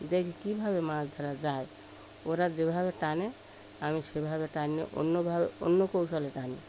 দেখি কী ভাবে মাছ ধরা যায় ওরা যে ভাবে টানে আমি সে ভাবে টানিয়ে অন্য ভাবে অন্য কৌশলে টানি